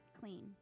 clean